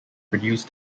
produced